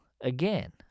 again